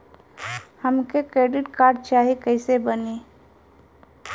हमके credit card चाही कैसे बनी?